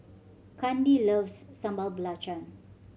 Kandi loves Sambal Belacan